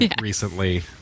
recently